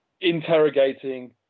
interrogating